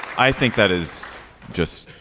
i think that is just